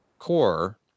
core